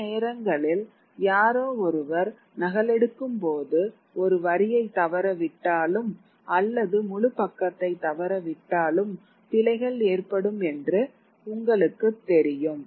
சில நேரங்களில் யாரோ ஒருவர் நகலெடுக்கும் போது ஒரு வரியை தவறவிட்டாலும் அல்லது முழு பக்கத்தை தவறவிட்டாலும் பிழைகள் ஏற்படும் என்று உங்களுக்குத் தெரியும்